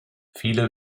viele